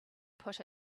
put